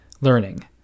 learning